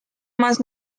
más